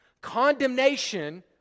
Condemnation